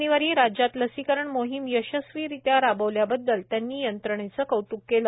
शनिवारी राज्यात लसीकरण मोहीम यशस्वीरित्या राबवल्याबद्दल त्यांनी यंत्रणेचं कौतुक केलं